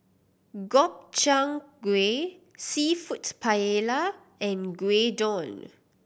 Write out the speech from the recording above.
Gobchang Gui Seafood Paella and Gyudon